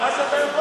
במכרז אתה יכול,